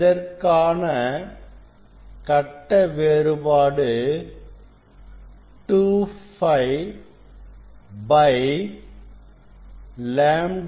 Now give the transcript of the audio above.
இதற்கான கட்ட வேறுபாடு 2 Φ λ S2P